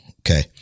Okay